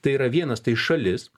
tai yra vienas tai šalis